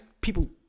people